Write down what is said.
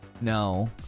No